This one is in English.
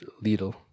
little